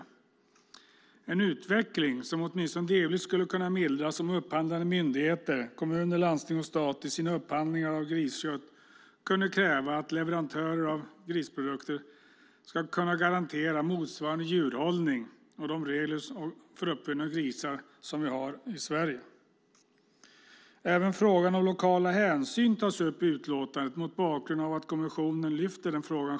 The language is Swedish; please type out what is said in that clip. Det är en utveckling som åtminstone delvis skulle kunna mildras om upphandlande myndigheter, kommuner, landsting och stat, i sina upphandlingar av griskött kunde kräva att leverantörer av grisprodukter ska garantera motsvarande djurhållning av grisar för uppfödning som vi har i Sverige. Även frågan om lokala hänsyn tas upp i utlåtandet, mot bakgrund av att kommissionen själv lyfter fram den frågan.